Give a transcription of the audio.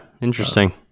Interesting